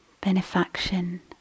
benefaction